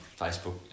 Facebook